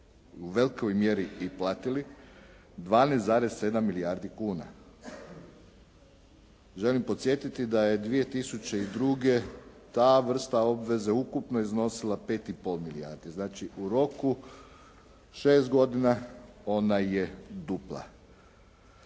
u velikoj mjeri i platili 12,7 milijardi kuna. Želim podsjetiti da je 2002. ta vrsta obveze ukupno iznosila 5,5 milijardi. Znači, u roku 6 godina ona je dupla.